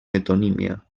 metonímia